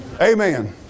amen